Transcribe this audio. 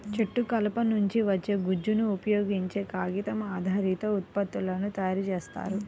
చెట్టు కలప నుంచి వచ్చే గుజ్జును ఉపయోగించే కాగితం ఆధారిత ఉత్పత్తులను తయారు చేస్తారు